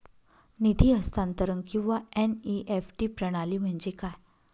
निधी हस्तांतरण किंवा एन.ई.एफ.टी प्रणाली म्हणजे काय?